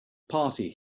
party